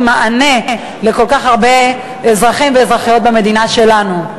מענה לכל כך הרבה אזרחים ואזרחיות במדינה שלנו.